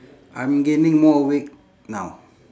I'm gaining more weight now